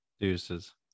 Deuces